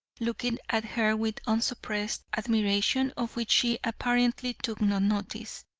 looking at her with unsuppressed admiration, of which she apparently took no notice.